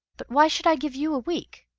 but why should i give you a week?